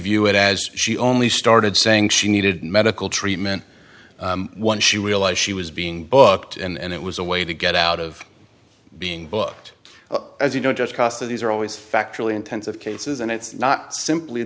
view it as she only started saying she needed medical treatment once she realized she was being booked and it was a way to get out of being booked as you know just cost of these are always factually intensive cases and it's not simply